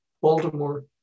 Baltimore